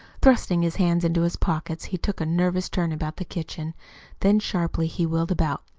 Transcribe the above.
thrusting his hands into his pockets he took a nervous turn about the kitchen then sharply he wheeled about.